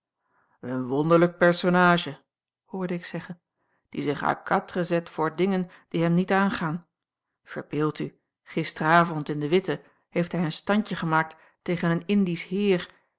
een wonderlijk personage hoorde ik zeggen die zich à quatre zet voor dingen die hem niet aangaan verbeeld u gisteravond in de witte heeft hij een standje gemaakt tegen een indisch heer